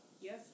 Yes